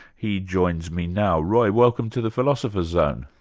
he joins me now. roy, welcome to the philosopher's zone.